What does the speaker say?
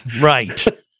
right